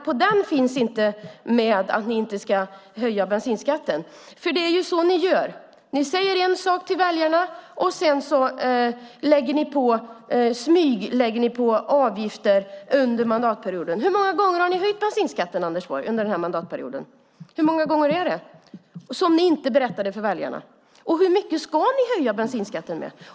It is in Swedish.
På den finns det inte med att ni inte ska höja bensinskatten. Det är så ni gör. Ni säger en sak till väljarna, och sedan lägger ni på avgifter i smyg under mandatperioden. Hur många gånger har ni höjt bensinskatten under den här mandatperioden, Anders Borg, som ni inte berättat för väljarna? Hur mycket ska ni höja bensinskatten?